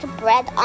bread